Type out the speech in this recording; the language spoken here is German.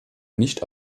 nicht